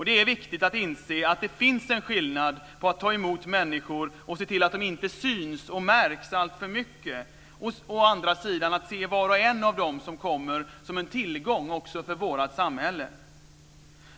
Det är viktigt att inse att det finns en skillnad på att ta emot människor och se till att de inte syns och märks alltför mycket och att å andra sidan se var och en av dem som kommer som en tillgång också för vårt samhälle.